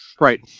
Right